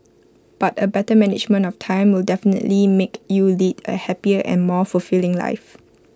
but A better management of time will definitely make you lead A happier and more fulfilling life